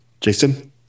jason